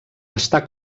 estar